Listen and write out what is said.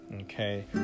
okay